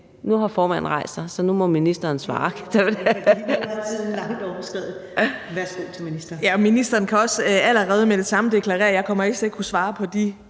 Nu har formanden rejst sig, så nu må ministeren svare.